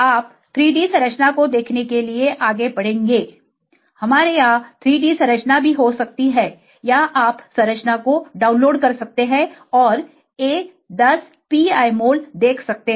आप 3D संरचना को देखने के लिए आगे बढ़ेंगे हमारे यहां 3D संरचना भी हो सकती है या आप संरचना को डाउनलोड कर सकते हैं और a10 pi मोल देख सकते हैं